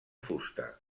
fusta